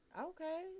okay